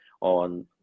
on